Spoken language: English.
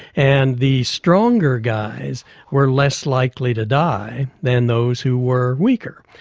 and the stronger guys were less likely to die than those who were weaker.